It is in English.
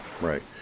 right